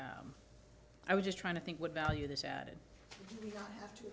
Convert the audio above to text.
i was just trying to think what value this added we have to